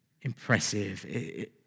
impressive